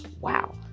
Wow